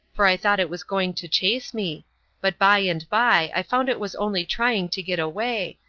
for i thought it was going to chase me but by and by i found it was only trying to get away,